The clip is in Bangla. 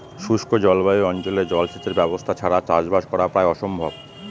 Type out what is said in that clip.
শুষ্ক জলবায়ু অঞ্চলে জলসেচের ব্যবস্থা ছাড়া চাষবাস করা প্রায় অসম্ভব